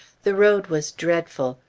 the road was dreadful.